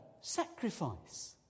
sacrifice